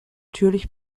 natürlich